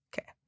Okay